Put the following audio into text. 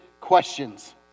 questions